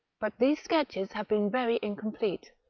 but these sketches have been very incomplete,